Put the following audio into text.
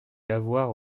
lavoir